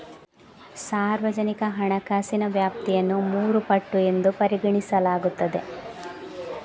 ಸಾರ್ವಜನಿಕ ಹಣಕಾಸಿನ ವ್ಯಾಪ್ತಿಯನ್ನು ಮೂರು ಪಟ್ಟು ಎಂದು ಪರಿಗಣಿಸಲಾಗುತ್ತದೆ